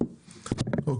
הצבעה ההצעה אושרה פה אחד.